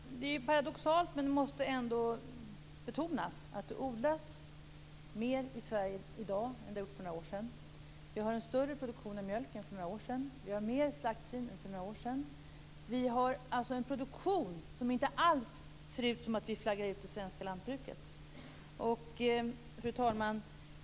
Fru talman! Det är paradoxalt, men det måste ändå betonas: Det odlas mer i Sverige i dag än det gjorde för några år sedan. Vi har en större produktion av mjölk än för några år sedan. Vi har mera slaktsvin än för några år sedan. Vi har alltså en produktion som gör att det inte alls ser ut som att vi flaggar ut det svenska lantbruket. Fru talman!